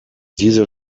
diese